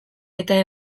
eta